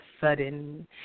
sudden